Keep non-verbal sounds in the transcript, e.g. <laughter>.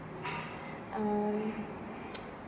um <noise>